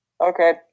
Okay